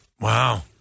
Wow